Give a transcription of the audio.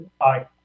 Aye